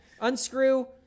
unscrew